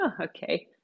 Okay